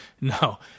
No